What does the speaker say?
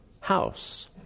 house